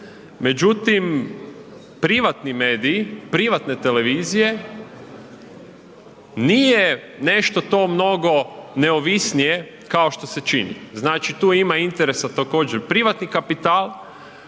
međutim privatni mediji, privatne televizije, nije nešto to mnogo neovisnije kao što se čini. Znači tu ima interesa također privatni kapital